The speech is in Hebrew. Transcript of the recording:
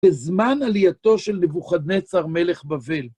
בזמן עלייתו של נבוכדנצר, מלך בבל.